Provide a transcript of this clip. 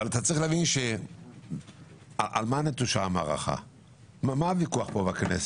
אבל אתה צריך שמה הוויכוח פה בכנסת?